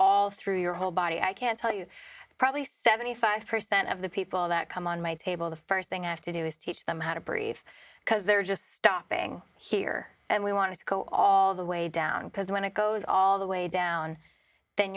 all through your whole body i can tell you probably seventy five percent of the people that come on my table the first thing i have to do is teach them how to breathe because they're just stopping here and we want to go all the way down because when it goes all the way down then